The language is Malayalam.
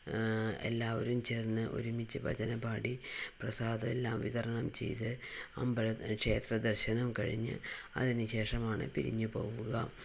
എല്ലാവരും ചേർന്ന് ഒരുമിച്ച് ഭജന പാടി പ്രസാദം എല്ലാം വിതരണം ചെയ്ത് അമ്പലം ക്ഷേത്ര ദർശനം കഴിഞ്ഞ് അതിനു ശേഷമാണ് പിരിഞ്ഞ് പോവുക